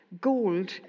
Gold